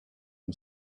who